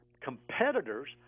competitors